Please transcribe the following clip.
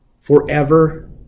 forever